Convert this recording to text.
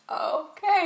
Okay